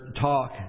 talk